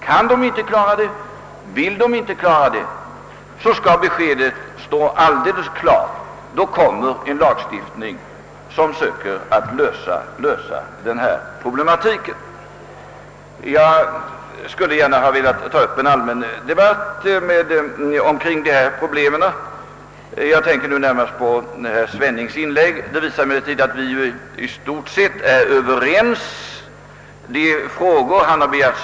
Kan eller vill de inte träffa en uppgörelse, står beskedet alldeles klart: då kommer ett förslag om en lagstiftning som söker lösa denna problematik. Jag skulle gärna ha velat ta upp en allmän debatt kring dessa problem och jag tänker då närmast på herr Svennings inlägg. Detta visar emellertid att vi i stort sett är överens, och han har fått svar på de frågor som han framställt.